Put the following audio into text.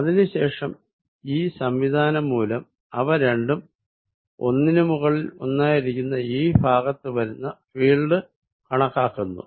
അതിനു ശേഷം ഈ സംവിധാനം മൂലം അവ രണ്ടും ഒന്നിന് മുകളിൽ ഒന്നായിരിക്കുന്ന ഈ ഭാഗത്തു വരുന്ന ഫീൽഡ് കണക്കാക്കുന്നു